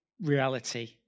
reality